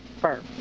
fur